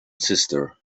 sister